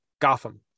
Gotham